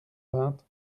vingt